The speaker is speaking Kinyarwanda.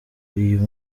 uyu